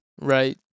Right